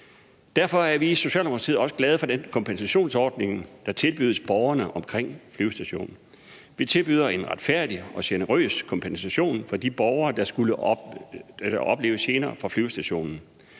Derfor er vi i Socialdemokratiet også glade for den kompensationsordning, der tilbydes borgerne omkring flyvestationen. Vi tilbyder en retfærdig og generøs kompensation for de borgere, der skulle opleve gener fra flyvestationen.